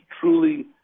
truly